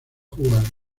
jugar